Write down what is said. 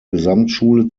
gesamtschule